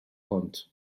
plant